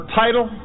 title